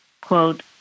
quote